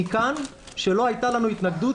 מכאן שלא הייתה לנו התנגדות,